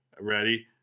Ready